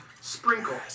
Sprinkle